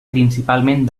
principalment